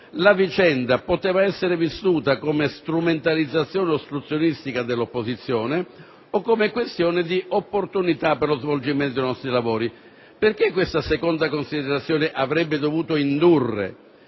la vicenda poteva essere vissuta come strumentalizzazione ostruzionistica dell'opposizione o come un'opportunità per lo svolgimento dei nostri lavori. Il motivo per il quale questa seconda considerazione avrebbe dovuto indurre